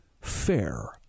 fair